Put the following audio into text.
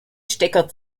stecker